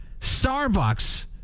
Starbucks